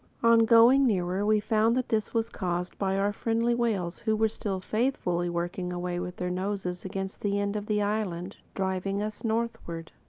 on going nearer, we found that this was caused by our friendly whales who were still faithfully working away with their noses against the end of the island, driving us northward.